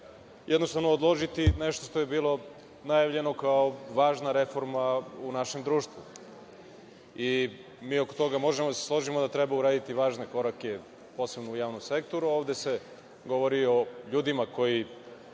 jednostavno odložiti nešto što je bilo najavljeno kao važna reforma u našem društvu. Oko toga možemo da se složimo da treba uraditi važne korake, posebno u javnom sektoru, a ovde se govori o ljudima koji